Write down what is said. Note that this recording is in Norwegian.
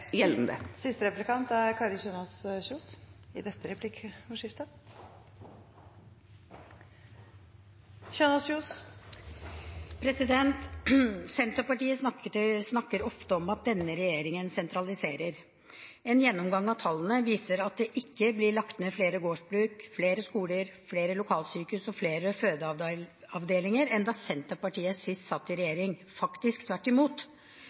gjeldende. Senterpartiet snakker ofte om at denne regjeringen sentraliserer. En gjennomgang av tallene viser at det ikke blir lagt ned flere gårdsbruk, flere skoler, flere lokalsykehus og flere fødeavdelinger enn da Senterpartiet sist satt i regjering – faktisk tvert imot.